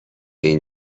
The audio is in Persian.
این